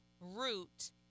root